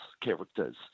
characters